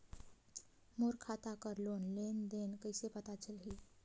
मोर खाता कर लेन देन कइसे पता चलही?